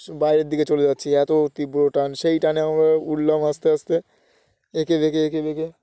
বাইরের দিকে চলে যাচ্ছি এত তীব্র টান সেই টানে আমরা উঠলাম আস্তে আস্তে এঁকে বেঁকে এঁকে বেঁকে